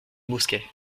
mousquet